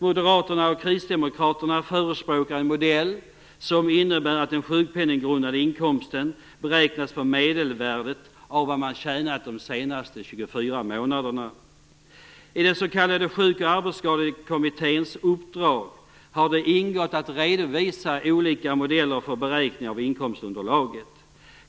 Moderaterna och Kristdemokraterna förespråkar en modell som innebär att den sjukpenninggrundande inkomsten beräknas på medelvärdet av vad man tjänat de senaste 24 månaderna. I den s.k. Sjuk och arbetsskadekommitténs uppdrag har det ingått att redovisa olika modeller för beräkning av inkomstunderlaget.